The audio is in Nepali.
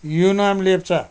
युनाम लेप्चा